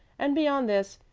and, beyond this,